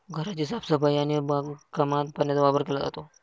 घराची साफसफाई आणि बागकामात पाण्याचा वापर केला जातो